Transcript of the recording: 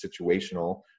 situational